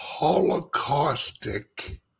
holocaustic